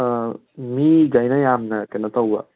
ꯃꯤꯒꯩꯅ ꯌꯥꯝꯅ ꯀꯩꯅꯣ ꯇꯧꯕ